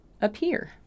appear